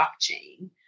blockchain